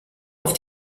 auf